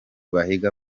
bahiga